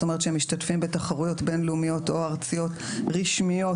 זאת אומרת שהם משתתפים בתחרויות בין-לאומיות או ארציות רשמיות,